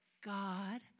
God